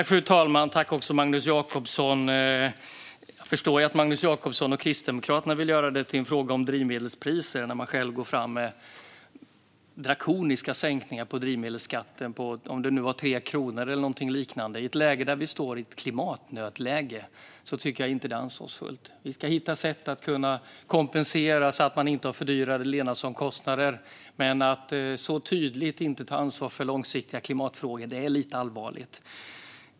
Fru talman! Jag förstår att Magnus Jacobsson och Kristdemokraterna vill göra detta till en fråga om drivmedelspriser när de själva går fram med drakoniska sänkningar av drivmedelsskatten på 3 kronor eller någonting liknande. När vi står i ett klimatnödläge tycker jag inte att det är ansvarsfullt. Vi ska hitta sätt att kompensera så att man inte har fördyrade levnadsomkostnader, men att så tydligt inte ta ansvar för långsiktiga klimatfrågor är lite allvarligt.